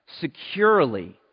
securely